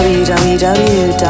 www